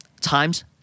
times